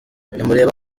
nimurebe